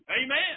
Amen